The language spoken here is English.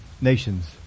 nations